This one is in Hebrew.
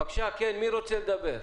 בבקשה, כן, מי רוצה לדבר?